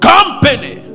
Company